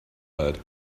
heard